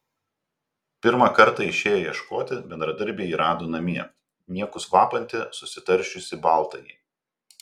pirmą kartą išėję ieškoti bendradarbiai jį rado namie niekus vapantį susitaršiusį baltąjį